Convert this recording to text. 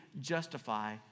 justify